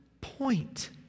point